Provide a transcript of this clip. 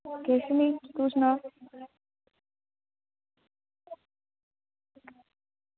किश निं तू सना